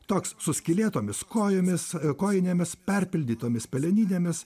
toks su skylėtomis kojomis kojinėmis perpildytomis peleninėmis